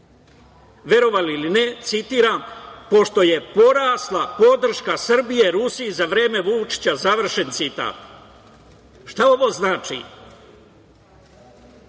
verovali ili ne, citiram: „pošto je porasla podrška Srbije Rusiji za vreme Vučića“, završen citat. Šta ovo znači?